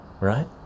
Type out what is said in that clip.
right